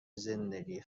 زندگی